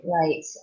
right